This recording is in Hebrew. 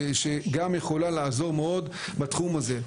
שגם יכולה לעזור מאד בתחום הזה.